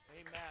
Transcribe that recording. Amen